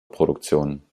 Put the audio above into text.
produktionen